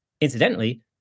Incidentally